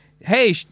hey